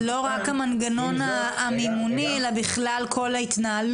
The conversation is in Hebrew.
זה לא רק המנגנון המימוני, אלא בכלל כל ההתנהלות.